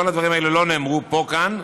כל הדברים האלה לא נאמרו כאן,